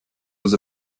was